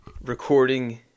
recording